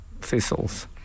thistles